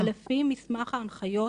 אבל לפי מסמך ההנחיות